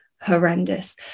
horrendous